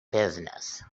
business